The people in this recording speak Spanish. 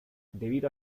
debido